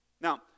Now